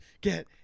get